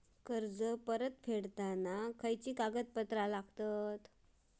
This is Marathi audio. कर्ज परत फेडताना कसले कागदपत्र लागतत?